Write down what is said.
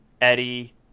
Eddie